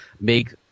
make